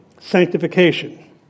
Sanctification